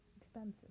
expensive